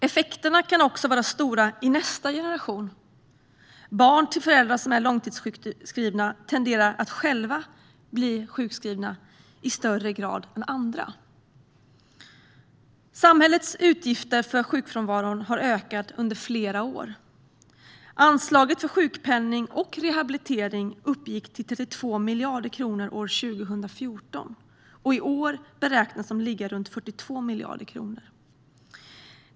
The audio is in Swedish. Effekterna kan också vara stora i nästa generation. Barn till föräldrar som är långtidssjukskrivna tenderar att själva bli sjukskrivna i högre grad än andra. Samhällets utgifter för sjukfrånvaron har ökat under flera år. Anslaget för sjukpenning och rehabilitering uppgick till 32 miljarder kronor år 2014. I år beräknas de ligga runt 42 miljarder kronor.